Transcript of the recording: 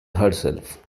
herself